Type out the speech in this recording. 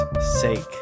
sake